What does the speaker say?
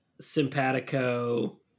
simpatico